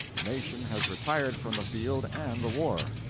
the nation has retired from the field and the war.